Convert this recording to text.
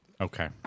Okay